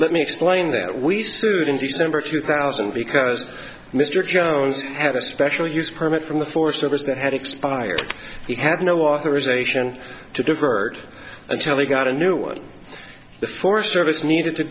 let me explain that we sued in december of two thousand because mr jones had a special use permit from the forest service that had expired he had no authorization to divert until he got a new one the forest service needed to